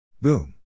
Boom